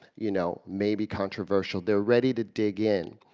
you know, maybe controversial. they're ready to dig in.